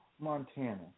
Montana